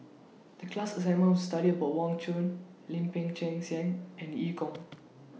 The class assignment was to study about Wang Chunde Lim Peng Siang and EU Kong